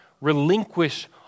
relinquish